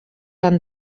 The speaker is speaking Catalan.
han